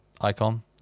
icon